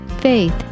faith